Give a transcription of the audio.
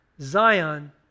zion